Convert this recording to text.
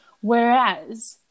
Whereas